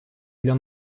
для